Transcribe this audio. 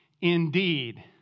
indeed